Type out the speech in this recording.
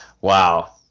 Wow